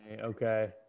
Okay